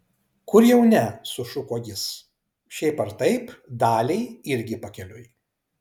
kur jau ne sušuko jis šiaip ar taip daliai irgi pakeliui